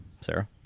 Sarah